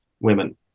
women